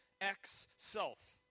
ex-self